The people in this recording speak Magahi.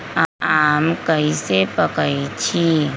आम कईसे पकईछी?